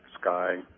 sky